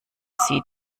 sie